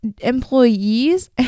employees